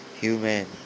human